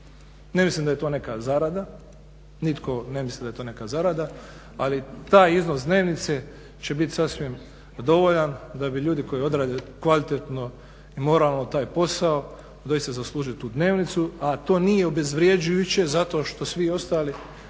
Ne mislim da je to neka zarada, nitko ne misli da je to neka zarada. Ali taj iznos dnevnice će biti sasvim dovoljan da bi ljudi koji odrade kvalitetno i moralno taj posao doista zaslužiti tu dnevnicu, a to nije obezvređujuće zato što svi ostali